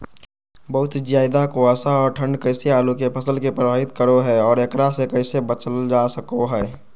बहुत ज्यादा कुहासा और ठंड कैसे आलु के फसल के प्रभावित करो है और एकरा से कैसे बचल जा सको है?